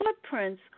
footprints